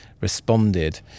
responded